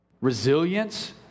resilience